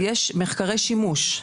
יש מחקרי שימוש,